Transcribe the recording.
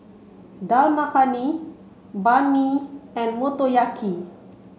Dal Makhani Banh Mi and Motoyaki